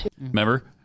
Remember